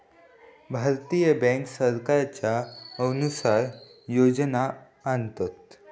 भारतीय बॅन्क सरकारच्या अनुसार योजना आणतत